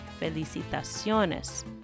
felicitaciones